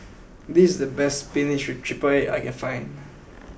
this is the best Spinach with triple egg that I can find